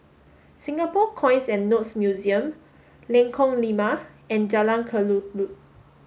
Singapore Coins and Notes Museum Lengkong Lima and Jalan Kelulut